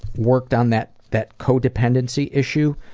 worked on that that codependency issue,